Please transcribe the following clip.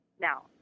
Now